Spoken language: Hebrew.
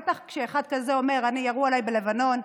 בטח כשאחד כזה אומר: ירו עליי בלבנון.